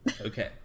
Okay